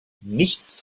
nichts